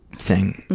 thing.